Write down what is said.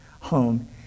home